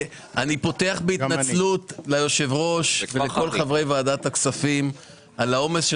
אני פותח בהתנצלות ליושב ראש ולכל חברי ועדת הכספים על העומס של